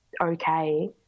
okay